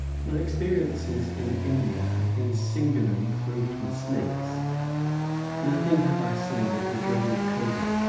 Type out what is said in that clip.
my experiences in india have been singularly free from snakes nothing have i seen of the dreaded cobra,